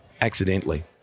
accidentally